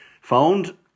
found